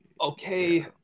okay